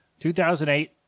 2008